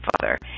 father